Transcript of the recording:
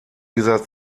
dieser